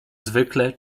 zwykle